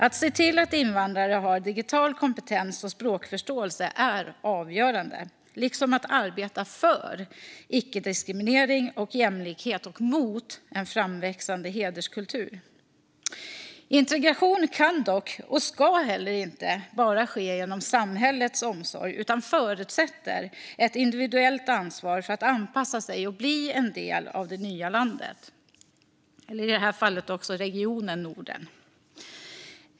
Att se till att invandrare har digital kompetens och språkförståelse är avgörande, liksom att arbeta för icke-diskriminering och jämlikhet och mot en framväxande hederskultur. Integration kan dock och ska heller inte bara ske genom samhällets omsorg utan förutsätter ett individuellt ansvar för att anpassa sig och bli en del av det nya landet och i det här fallet också regionen Norden.